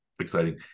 exciting